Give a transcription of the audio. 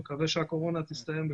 נקווהש הקורונה תסתיים בקרוב.